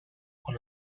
con